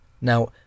Now